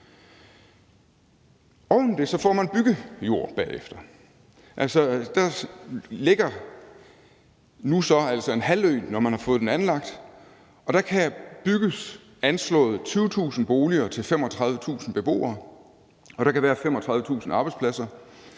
Oven i det får man byggejord bagefter. Der ligger altså så nu en halvø, når man har fået den anlagt, og der kan bygges anslået 20.000 boliger til 35.000 beboere, og der kan være 35.000 arbejdspladser.